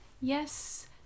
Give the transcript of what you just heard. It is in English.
yes